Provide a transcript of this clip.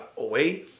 away